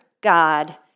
God